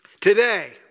Today